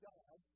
God